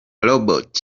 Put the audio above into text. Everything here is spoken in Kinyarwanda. robots